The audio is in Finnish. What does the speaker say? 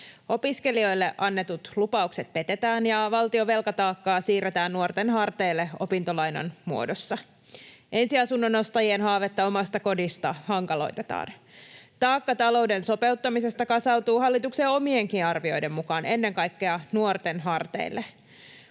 Opiskelijoille annetut lupaukset petetään ja valtion velkataakkaa siirretään nuorten harteille opintolainan muodossa. Ensiasunnon ostajien haavetta omasta kodista hankaloitetaan. Taakka talouden sopeuttamisesta kasautuu hallituksen omienkin arvioiden mukaan ennen kaikkea nuorten harteille.